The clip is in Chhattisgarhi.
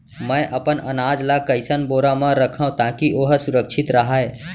मैं अपन अनाज ला कइसन बोरा म रखव ताकी ओहा सुरक्षित राहय?